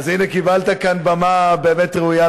ככה השר, סליחה, אדוני, סליחה, את השואלת הבאה.